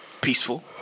peaceful